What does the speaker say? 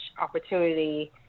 opportunity